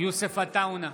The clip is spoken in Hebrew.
יוסף עטאונה,